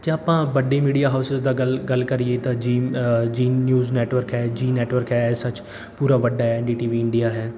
ਜੇ ਆਪਾਂ ਵੱਡੇ ਮੀਡੀਆ ਹਾਊਸਸ ਦਾ ਗੱਲ ਗੱਲ ਕਰੀਏ ਤਾਂ ਜੀਮ ਜੀਅ ਨਿਊਜ਼ ਨੈਟਵਰਕ ਹੈ ਜੀਅ ਨੈਟਵਰਕ ਹੈ ਐਸ ਸੱਚ ਪੂਰਾ ਵੱਡਾ ਹੈ N D T V India ਹੈ